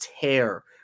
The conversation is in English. tear